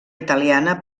italiana